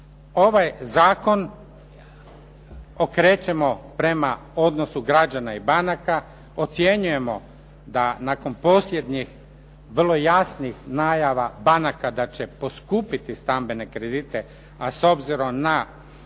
Ovaj zakon okrećemo prema odnosu građana i banaka, ocjenjujemo da nakon posljednjih vrlo jasnih najava banaka da će poskupiti stambene kredite, a s obzirom na,